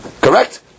Correct